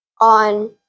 on